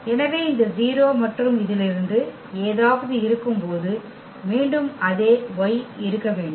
எனவே இந்த 0 மற்றும் இதிலிருந்து ஏதாவது இருக்கும்போது மீண்டும் அதே Y இருக்க வேண்டும்